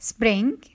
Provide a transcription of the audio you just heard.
Spring